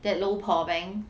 that low poh bang